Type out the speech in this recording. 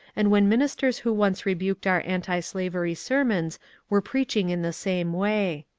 and when ministers who once rebuked our antislavery sermons were preaching in the same way.